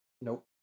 nope